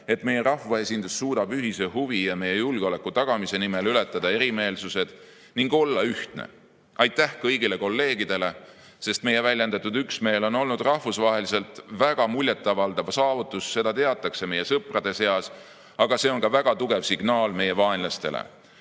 et meie rahvaesindus suudab ühise huvi ja meie julgeoleku tagamise nimel ületada erimeelsused ning olla ühtne. Aitäh kõigile kolleegidele! Meie väljendatud üksmeel on olnud rahvusvaheliselt väga muljetavaldav saavutus. Seda teatakse meie sõprade seas, aga see on ka väga tugev signaal meie vaenlastele. Oma